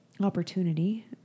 opportunity